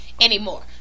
anymore